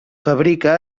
fabrica